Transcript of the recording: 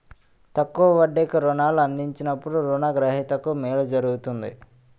తక్కువ వడ్డీకి రుణాలు అందించినప్పుడు రుణ గ్రహీతకు మేలు జరుగుతుంది